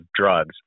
drugs